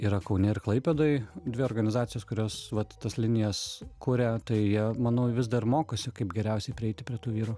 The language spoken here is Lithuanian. yra kaune ir klaipėdoj dvi organizacijos kurios vat tas linijos kuria tai jie manau vis dar mokosi kaip geriausiai prieiti prie tų vyrų